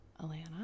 Alana